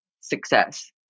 success